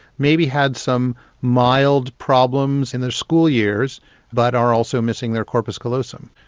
maybe had some mild problems in their school years but are also missing their corpus callosum.